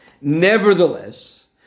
Nevertheless